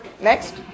Next